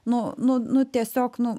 nu nu nu tiesiog nu